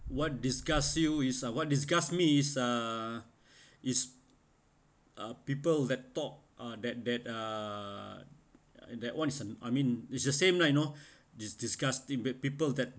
what disgusts you is uh what disgusts me is uh is uh people that talk uh that that uh that [one] isn't I mean it's just same lah you know just disgusting people that